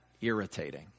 irritating